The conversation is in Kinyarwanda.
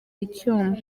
icyuma